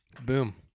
boom